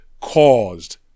caused